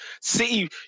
City